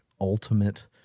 ultimate